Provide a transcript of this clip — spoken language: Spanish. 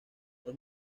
los